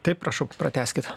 taip prašau pratęskit